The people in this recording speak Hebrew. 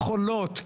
יכולות.